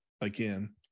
again